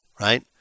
Right